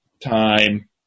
time